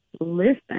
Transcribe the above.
listen